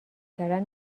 کردن